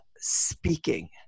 speaking